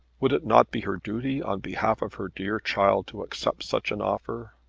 would it not be her duty, on behalf of her dear child, to accept such an offer?